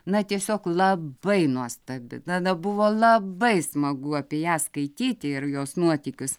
na tiesiog labai nuostabi tada buvo labai smagu apie ją skaityti ir jos nuotykius